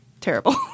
terrible